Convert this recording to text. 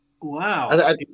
Wow